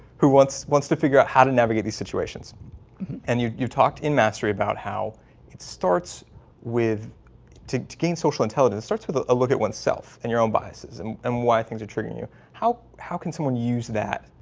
who once wants to figure out how to navigate these situations and you've talked in mastery about how it starts with to to gain social intelligence starts with a look at one's self and your own biases and um why things are triggering you how how can someone use that?